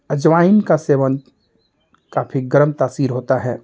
अजवाइन का सेवन काफी गर्म तासीर होता है